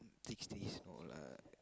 six days no lah